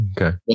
Okay